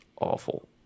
awful